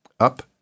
Up